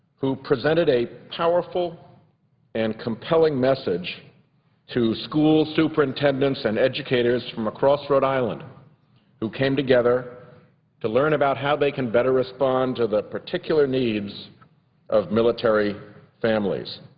who presented a powerful and compelling message to school superintendents and educators from across rhode island who came together to learn about how they can better respond to the particular needs of military families.